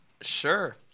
Sure